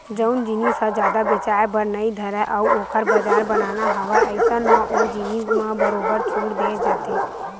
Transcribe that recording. जउन जिनिस ह जादा बेचाये बर नइ धरय अउ ओखर बजार बनाना हवय अइसन म ओ जिनिस म बरोबर छूट देय जाथे